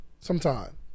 sometime